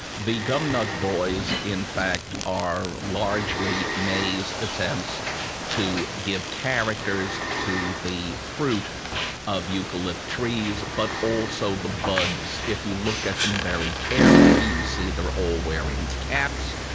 the gumnut boys in fact are largely may's attempts to give characters to the fruit of eucalypt trees, but also the buds. if you look at them very carefully you see they are all wearing caps.